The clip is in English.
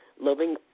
loving